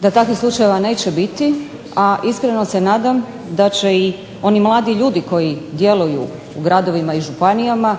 da takvih slučajeva neće biti, a iskreno se nadam da će i oni mladi ljudi koji djeluju u gradovima i županijama